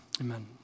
amen